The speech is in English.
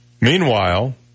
Meanwhile